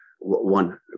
one